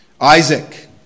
Isaac